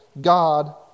God